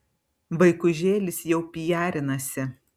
vaikužėlis jau pijarinasi